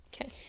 Okay